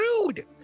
rude